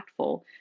impactful